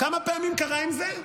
כמה פעמים קרה עם זה?